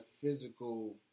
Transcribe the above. physical